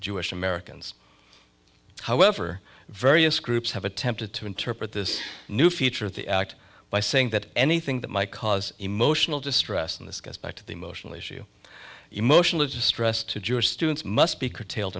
jewish americans however various groups have attempted to interpret this new feature of the act by saying that anything that might cause emotional distress and this goes back to the emotional issue emotional distress to jewish students must be curtailed